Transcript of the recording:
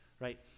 right